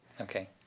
Okay